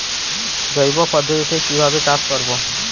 জৈব পদ্ধতিতে কিভাবে চাষ করব?